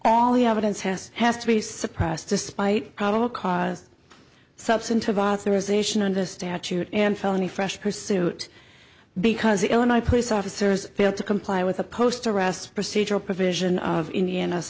all the evidence has has to be surprised despite a probable cause substantive authorization and a statute and felony fresh pursuit because illinois police officers failed to comply with a post arrest procedural provision of indian